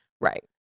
Right